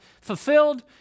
fulfilled